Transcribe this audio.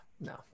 No